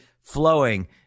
flowing